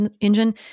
engine